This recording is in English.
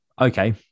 okay